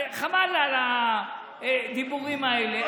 חבל על הדיבורים האלה.